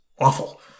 awful